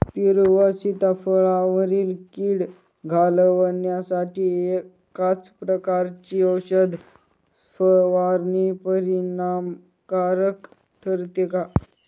पेरू व सीताफळावरील कीड घालवण्यासाठी एकाच प्रकारची औषध फवारणी परिणामकारक ठरते का?